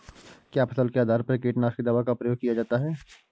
क्या फसल के आधार पर कीटनाशक दवा का प्रयोग किया जाता है?